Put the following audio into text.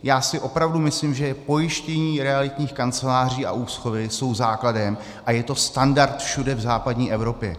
Já si opravdu myslím, že pojištění realitních kanceláří a úschovy jsou základem a je to standard všude v západní Evropě.